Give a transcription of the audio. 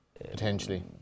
Potentially